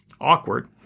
awkward